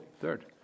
third